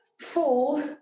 fall